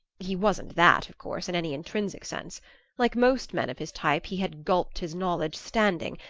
he wasn't that, of course, in any intrinsic sense like most men of his type he had gulped his knowledge standing,